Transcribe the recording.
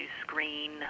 screen